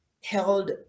held